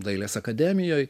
dailės akademijoj